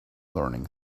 learning